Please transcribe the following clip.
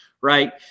right